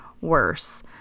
worse